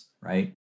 right